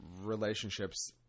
relationships